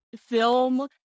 film